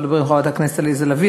אפשר לדבר עם חברת הכנסת עליזה לביא,